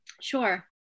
Sure